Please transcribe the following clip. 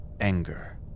anger